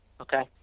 okay